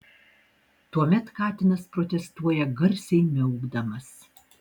tuomet katinas protestuoja garsiai miaukdamas